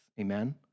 Amen